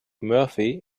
murphy